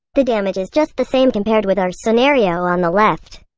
the damage is just the same compared with our scenario on the left.